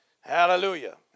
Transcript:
Hallelujah